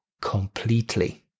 completely